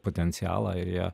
potencialą ir jie